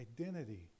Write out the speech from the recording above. identity